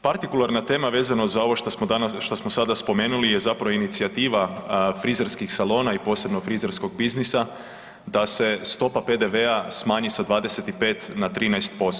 Partikularna tema vezano za ovo što smo sada spomenuli je zapravo inicijativa frizerskih salona i posebno frizerskog biznisa da se stopa PDV-a smanji sa 25% na 13%